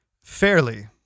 fairly